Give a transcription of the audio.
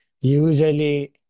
usually